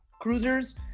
Cruisers